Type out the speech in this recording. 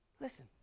Listen